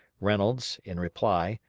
reynolds, in reply,